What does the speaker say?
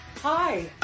Hi